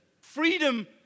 freedom